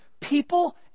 people